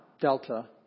Delta